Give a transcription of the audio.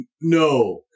no